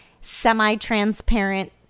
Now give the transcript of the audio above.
semi-transparent